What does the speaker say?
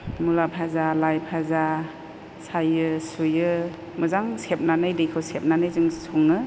मुला भाजा लाइ भाजा सायो सुयो मोजां सेबनानै दैखौ सेबनानै जोङो सङो